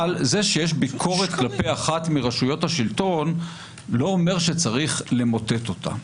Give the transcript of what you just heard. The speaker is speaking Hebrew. אבל זה שיש ביקורת כלפי אחת מרשויות השלטון לא אומר שצריך למוטט אותה.